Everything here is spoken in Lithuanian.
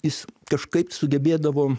jis kažkaip sugebėdavo